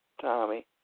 Tommy